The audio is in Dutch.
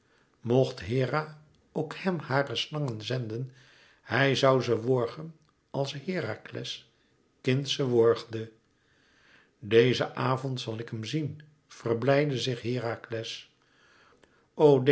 mocht hera ook hèm hare slangen zenden hij zoû ze worgen als herakles kind ze worgde dezen avond zal ik hem zien verblijdde zich herakles o